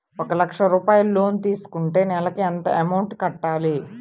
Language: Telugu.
ఒక లక్ష రూపాయిలు లోన్ తీసుకుంటే నెలకి ఎంత అమౌంట్ కట్టాలి?